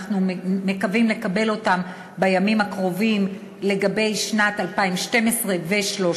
ואנחנו מקווים לקבל אותם בימים הקרובים לגבי 2012 ו-2013.